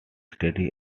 studies